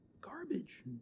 Garbage